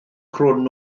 crwn